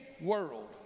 world